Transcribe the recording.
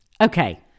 Okay